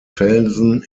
felsen